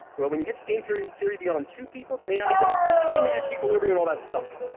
well, when you get to game theory theory beyond two people there may not even be an nash equilibrium and all that stuff.